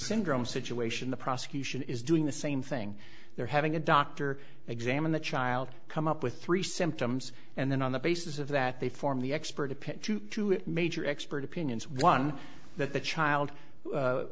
syndrome situation the prosecution is doing the same thing they're having a doctor examine the child come up with three symptoms and then on the basis of that they form the expert to pick two major expert opinions one that the child